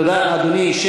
תודה, אדוני.